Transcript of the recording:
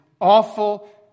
awful